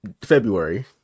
February